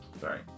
Sorry